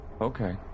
Okay